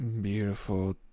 beautiful